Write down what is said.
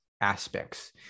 aspects